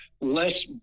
less